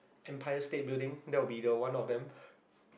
Empire State building that will be the one of them